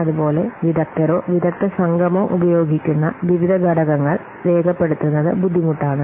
അതുപോലെ വിദഗ്ദ്ധരോ വിദഗ്ധ സംഘമോ ഉപയോഗിക്കുന്ന വിവിധ ഘടകങ്ങൾ രേഖപ്പെടുത്തുന്നത് ബുദ്ധിമുട്ടാണ്